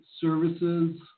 services